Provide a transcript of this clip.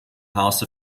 house